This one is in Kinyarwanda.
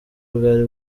bwari